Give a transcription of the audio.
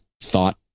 thought